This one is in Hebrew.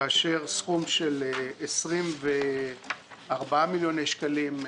כאשר סכום של 24 מיליוני שקלים,